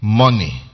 money